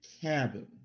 cabin